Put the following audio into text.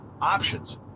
options